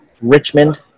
Richmond